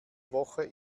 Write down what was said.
woche